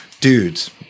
Dudes